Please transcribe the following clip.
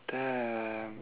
damn